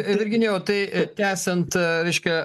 virginijau tai tęsiant reiškia